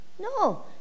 No